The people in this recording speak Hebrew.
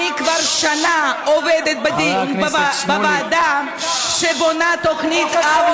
אני כבר שנה עובדת בוועדה שבונה תוכנית אב,